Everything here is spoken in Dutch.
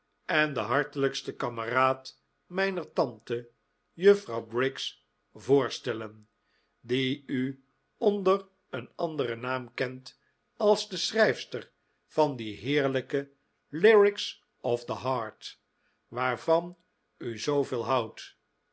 en de hartelijkste kameraad mijner tante juffrouw briggs voorstellen die u onder een anderen naam kent als de schrijfster van die heerlijke lyrics of the heart waarvan u zooveel houdt